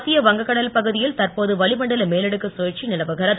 மத்திய வங்ககடல் பகுதியில் தற்போது வளிமண்டல மேலடுக்கு கழற்சி நிலவுகிறது